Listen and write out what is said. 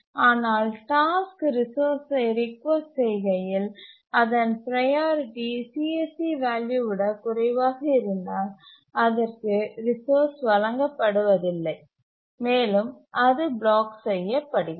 ஆனால் டாஸ்க் ரிசோர்ஸ்சை ரிக்வெஸ்ட் செய்கையில் அதன் ப்ரையாரிட்டி CSC வேல்யூ விடக் குறைவாக இருந்தால் அதற்கு ரிசோர்ஸ் வழங்கப்படவில்லை மேலும் அது பிளாக் செய்யப்படுகிறது